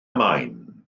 maen